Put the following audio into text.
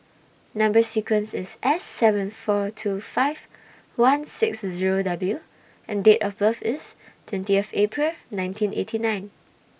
Number sequence IS S seven four two five one six Zero W and Date of birth IS twentieth April nineteen eighty nine